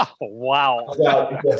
Wow